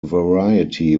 variety